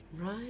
Right